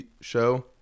show